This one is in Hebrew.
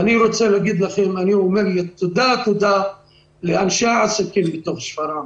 אני אומר תודה-תודה לאנשי העסקים בתוך שפרעם,